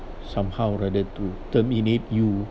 somehow rather to terminate you